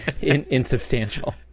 insubstantial